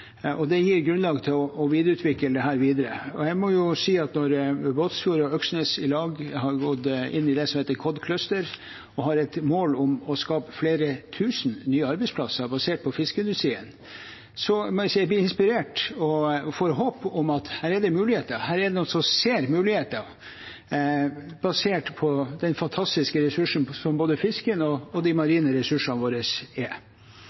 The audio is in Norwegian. Det gir grunnlag for å videreutvikle dette. Jeg må si at når Båtsfjord og Øksnes i lag har gått inn i Cod Cluster og har et mål om å skape flere tusen nye arbeidsplasser basert på fiskeindustrien, blir jeg inspirert og får håp om at det er muligheter. Her er det noen som ser muligheter basert på den fantastiske ressursen som fisken og de marine ressursene våre er.